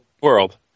World